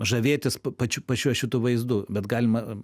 žavėtis pačiu pačiu šitu vaizdu bet galima